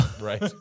Right